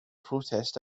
protest